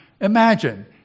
imagine